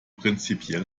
prinzipiell